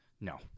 No